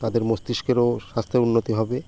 তাদের মস্তিষ্কেরও স্বাস্থ্যের উন্নতি হবে